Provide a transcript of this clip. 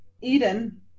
Eden